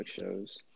shows